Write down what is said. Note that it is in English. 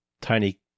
tiny